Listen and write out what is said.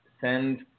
send